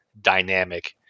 dynamic